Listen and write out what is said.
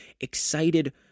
excited